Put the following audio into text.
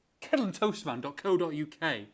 Kettleandtoastman.co.uk